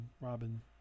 Robin